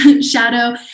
shadow